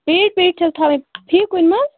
پِیٖٹ پِیٖٹ چھِ حظ تھاوٕنۍ فی کُنہِ منٛز